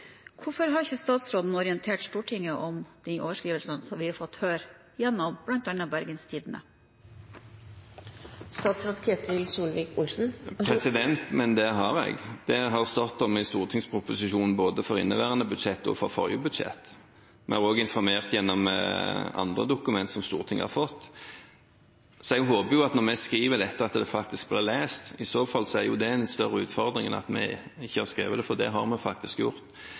Hvorfor har ikke statsråden orientert Stortinget om de overskridelsene som vi har fått høre om gjennom bl.a. Bergens Tidende? Men det har jeg – det har stått om det i stortingsproposisjonen både for inneværende budsjett og for forrige budsjett. Vi har også informert gjennom andre dokumenter som Stortinget har fått. Jeg håper jo, når vi skriver dette, at det faktisk blir lest. I så fall er det en større utfordring enn at vi ikke har skrevet det, for det har vi faktisk gjort.